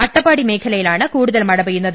അട്ടപ്പാടി മേഖലയിലാണ് കൂടുതൽ മഴ പെയ്യുന്നത്